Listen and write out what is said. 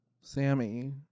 Sammy